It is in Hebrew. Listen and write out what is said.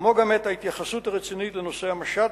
כמו גם את ההתייחסות הרצינית לנושא המשט